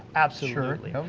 absolutely.